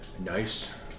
nice